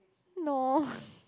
no